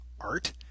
Art